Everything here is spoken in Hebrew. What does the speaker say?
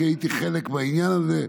כי הייתי חלק מהעניין הזה,